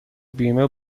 بیمه